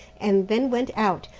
and then went out,